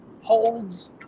holds